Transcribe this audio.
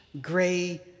gray